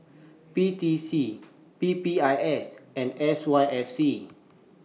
P T C P P I S and S Y F C